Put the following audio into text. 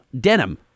denim